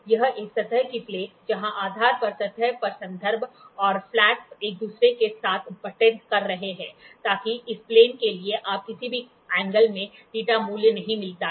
यह एक सतह की प्लेट जहां आधार पर सतह पर संदर्भ और फ्लैट एक दूसरे के साथ बटड कर रहे हैं ताकि इस प्लेन के लिए आप किसी भी कोण में θ मूल्य नहीं मिलता है